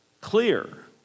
clear